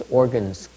organs